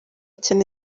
cyane